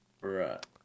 right